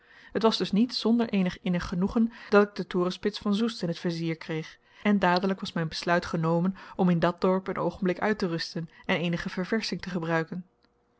het was dus niet zonder eenig innig genoegen dat ik de torenspits van zoest in het vizier kreeg en dadelijk was mijn besluit genomen om in dat dorp een oogenblik uit te rusten en eenige verversching te gebruiken